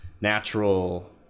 natural